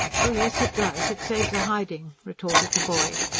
oh yes, it does it saves a hiding, retorted the boy.